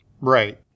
Right